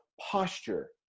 posture